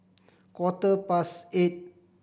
quarter past eight